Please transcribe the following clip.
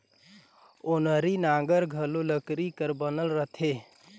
ओनारी नांगर घलो लकरी कर बनल रहथे